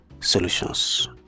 solutions